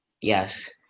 Yes